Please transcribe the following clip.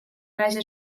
razie